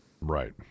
Right